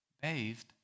bathed